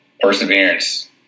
perseverance